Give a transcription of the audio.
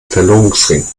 verlobungsring